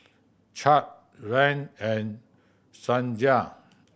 Chadd Rahn and Sonja